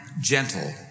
gentle